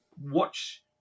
watch